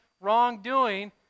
wrongdoing